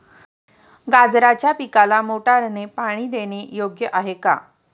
गाजराच्या पिकाला मोटारने पाणी देणे योग्य आहे का?